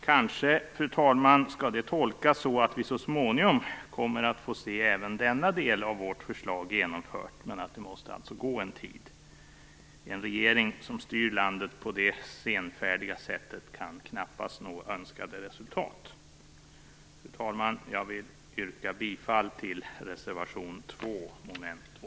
Kanske, fru talman, skall det tolkas så att vi så småningom kommer att få se även denna del av vårt förslag genomfört, men att det måste gå en tid. En regering som styr landet på detta senfärdiga sätt kan knappast nå önskade resultat. Fru talman! Jag vill yrka bifall till reservation 2